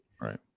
Right